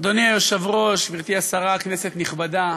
אדוני היושב-ראש גברתי השרה, כנסת נכבדה,